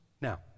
Now